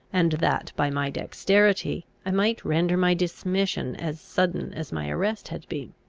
and that, by my dexterity, i might render my dismission as sudden as my arrest had been.